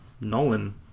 Nolan